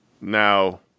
Now